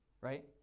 right